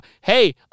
Hey